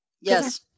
Yes